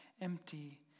empty